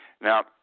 Now